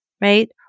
right